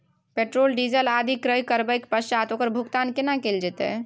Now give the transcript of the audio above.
Petrol, diesel आदि क्रय करबैक पश्चात ओकर भुगतान केना कैल जेतै?